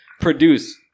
produce